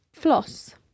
floss